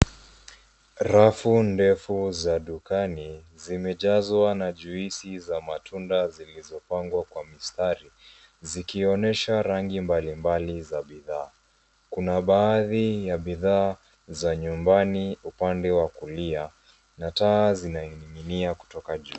Rafu ndefu za dukani zimejazwa na juisi za matunda zilizopangwa kwa mstari zikionyesha rangi mbalimbali za bidhaa, kuna baadhi ya bidhaa za nyumbani upande wa kulia na taa zinaning'inia kutoka juu.